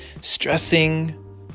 stressing